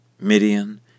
Midian